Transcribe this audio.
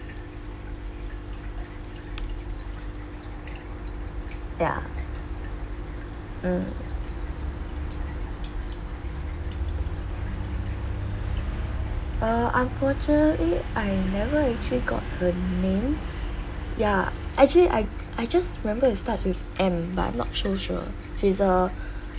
ya mm uh unfortunately I never actually got her name ya actually I I just remember it starts with M but I'm not so sure she's a